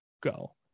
go